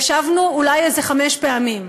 ישבנו אולי איזה חמש פעמים.